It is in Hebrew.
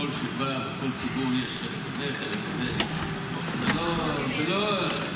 לכל ציבור יש חלק זה וחלק זה, אחד פלוס,